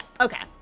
okay